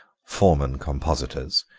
foreman compositors,